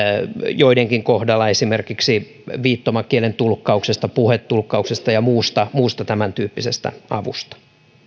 joidenkin kohdalla esimerkiksi viittomakielen tulkkauksesta puhetulkkauksesta ja muusta muusta tämäntyyppisestä avusta